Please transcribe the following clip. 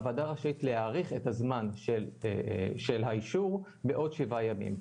הוועדה רשאית להאריך את הזמן של האישור בעוד שבעה ימים.